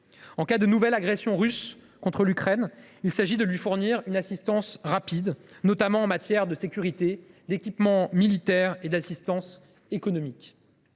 en cas de nouvelle agression russe contre l’Ukraine, de lui fournir une assistance rapide, notamment en matière de sécurité, d’équipements militaires et d’assistance économique.